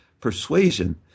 persuasion